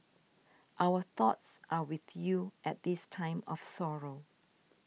our thoughts are with you at this time of sorrow